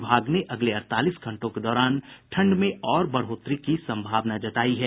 विभाग ने अगले अड़तालीस घंटों के दौरान ठंड में और बढ़ोतरी की सम्भावना जतायी है